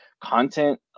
content